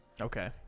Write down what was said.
Okay